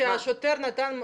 מצד אחר,